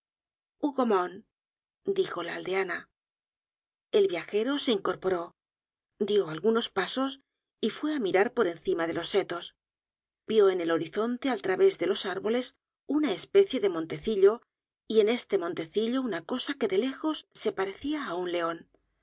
viajero hougomont dijo la aldeana el viajero se incorporó dió algunos pasos y fué á mirar por encima de los setos vió en el horizonte al través de los árboles una especie de montecillo y en este montecillo una cosa que de lejos se parecia á un leon